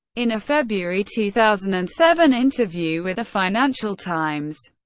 in a february two thousand and seven interview with the financial times,